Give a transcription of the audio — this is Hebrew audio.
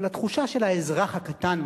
אבל התחושה של האזרח הקטן,